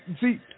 See